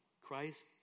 Christ